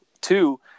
Two